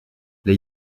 les